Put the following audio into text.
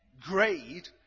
grade